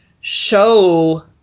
show